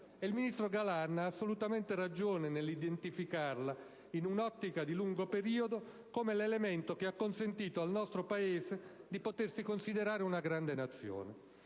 il ministro Galan ha assolutamente ragione nell'identificarla, in un'ottica di lungo periodo, come l'elemento che ha consentito al nostro Paese di potersi considerare una grande nazione.